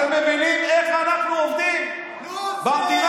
אתם מבינים איך אנחנו עובדים במדינה?